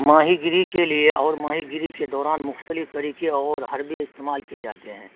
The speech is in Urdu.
ماہی گیری کے لیے اور ماہی گیری کے دوران مختلف طریقے اور حربے استعمال کیے جاتے ہیں